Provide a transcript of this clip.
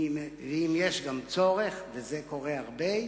ואם יש צורך, וזה קורה הרבה,